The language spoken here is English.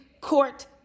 Court